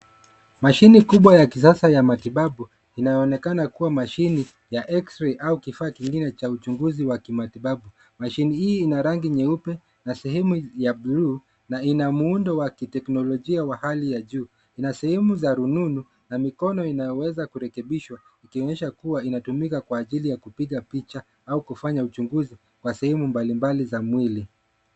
Mashini kubwa ya kisasa ya matibabu inaonekana kuwa mashini ya eksrei au kifaa kingine cha uchunguzi wa kimatibabu. Mashini hii ina rangi nyeupe na sehemu ya buluu na ina muundo wa kiteknolojia wa hali ya juu na sehemu za rununu na mikono, inayoweza kurekebishwa. Ikionyesha kuwa inatumika kupiga picha au kufanya uchunguzi wa sehemu mbalimbali za mwili.